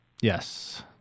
Yes